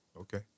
Okay